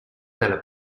dalla